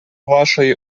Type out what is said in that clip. вашої